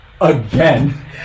again